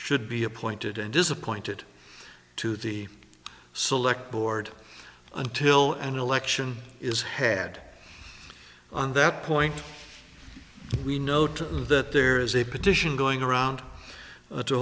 should be appointed and is appointed to the select board until an election is head on that point we note that there is a petition going around